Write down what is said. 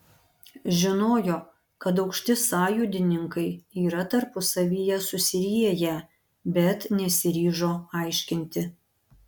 žinojo kad aukšti sąjūdininkai yra tarpusavyje susirieję bet nesiryžo aiškinti